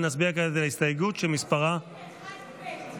נצביע כעת על הסתייגות שמספרה 21ב',